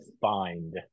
find